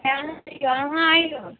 आइ अहाँ अइऔ